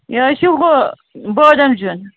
یہِ حظ چھُ ہُہ بادم زیُن